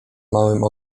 małym